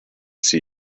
see